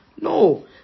No